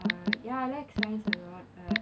ah I like science a lot